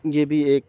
یہ بھی ایک